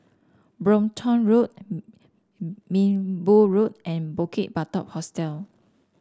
Brompton Road Minbu Road and Bukit Batok Hostel